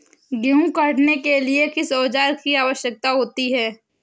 गेहूँ काटने के लिए किस औजार की आवश्यकता होती है?